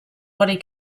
body